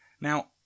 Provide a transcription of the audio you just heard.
Now